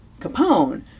Capone